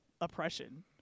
oppression